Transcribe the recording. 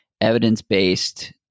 Evidence-based